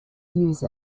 use